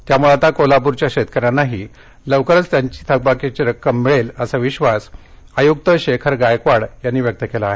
त्यामुळं आता कोल्हापूरच्या शेतकऱ्यांनाही लवकरच त्यांची थकबाकीची रक्कम मिळेल असा विश्वास आयुक्त शेखर गायकवाड यांनी व्यक्त केला आहे